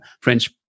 French